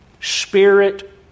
Spirit